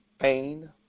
pain